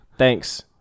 Thanks